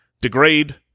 degrade